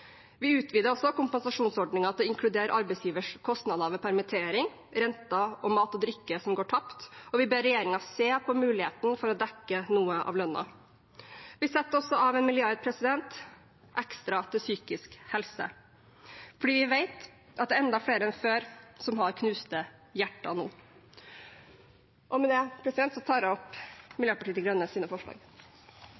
Vi utvider også kompensasjonsordningen til å inkludere arbeidsgivers kostnader ved permittering, renter og mat og drikke som går tapt, og vi ber regjeringen se på muligheten for å dekke noe av lønnen. Vi setter også av 1 mrd. kr ekstra til psykisk helse, fordi vi vet at det er enda flere enn før som har knuste hjerter nå. Med dette tar jeg opp Miljøpartiet De Grønnes forslag. Representanten Une Bastholm har tatt opp